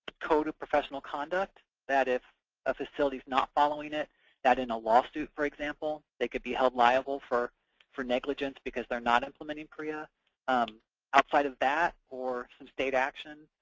code of professional conduct, that if a facility's not following it that in a lawsuit, for example, they could be held liable for for negligence because they're not implementing prea um outside of that or state actions,